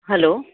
hello